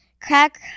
crack